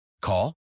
Call